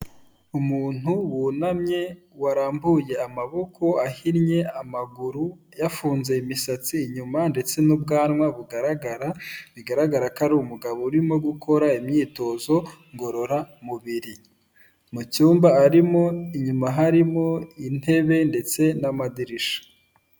Umuntu wunamye warambuye amaboko ahinnye amaguru yafunze imisatsi inyuma, ndetse n'ubwanwa bugaragara, bigaragara ko ari umugabo urimo gukora imyitozo ngororamubiri, mu cyumba arimo inyuma harimo intebe ndetse n'amadirishya.